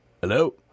Hello